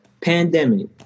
Pandemic